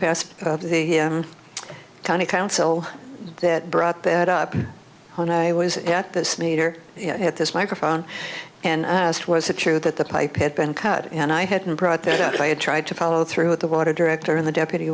past of the county council that brought that up when i was at this meter at this microphone and i asked was a chair that the pipe had been cut and i hadn't brought that up i had tried to follow through with the water director in the deputy